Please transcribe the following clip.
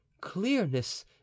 clearness